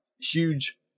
huge